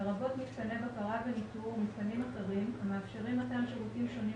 לרבות מתקני בקרה וניטור ומיתקנים אחרים המאפשרים מתן שירותים שונים